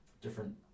different